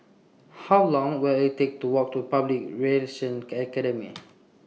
How Long Will IT Take to Walk to Public Relations Can Academy